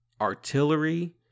artillery